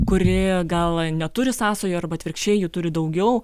kuri gal neturi sąsajų arba atvirkščiai jų turi daugiau